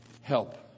help